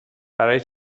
برای